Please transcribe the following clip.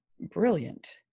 brilliant